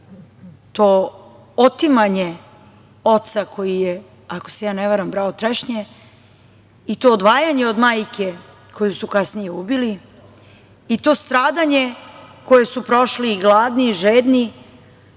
to otimanje oca koji je, ako se ja ne varam, brao trešnje i to odvajanje od majke, koju su kasnije ubili i to stradanje koje su prošli i gladni i žedni